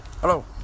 hello